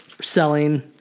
selling